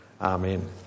Amen